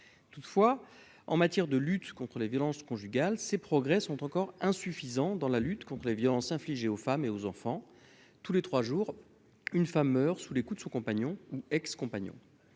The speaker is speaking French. toutefois en matière de lutte contre les violences conjugales, ces progrès sont encore insuffisants dans la lutte contre les violences infligées aux femmes et aux enfants, tous les 3 jours, une femme meurt sous les coups de son compagnon ou ex-compagnon